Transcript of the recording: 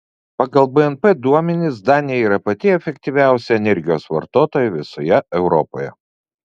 pagal bnp duomenis danija yra pati efektyviausia energijos vartotoja visoje europoje